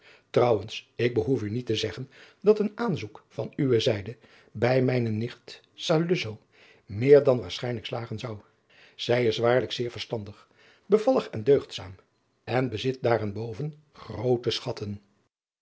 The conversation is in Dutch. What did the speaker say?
trouwens ik behoef u niet te zeggen dat een aanzoek van uwe zijde bij mijne nicht saluzzo meer dan waarschijnlijk slagen zou zij is waarlijk zeer verstandig bevallig en deugdzaam en bezit daarenboven groote schatten